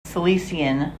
silesian